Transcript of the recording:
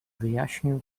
wyjaśnił